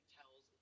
tells